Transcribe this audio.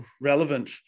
relevant